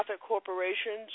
corporations